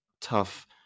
tough